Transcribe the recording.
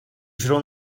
should